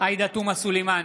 עאידה תומא סלימאן,